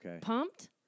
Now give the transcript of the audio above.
Pumped